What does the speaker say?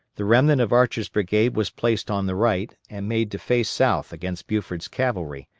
the remnant of archer's brigade was placed on the right, and made to face south against buford's cavalry,